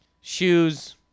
shoes